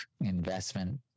investment